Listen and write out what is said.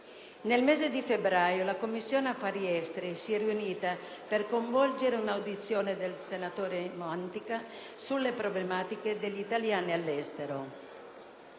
Nel mese di febbraio la Commissione affari esteri si è riunita per svolgere un'audizione del senatore Mantica sulle problematiche degli italiani all'estero.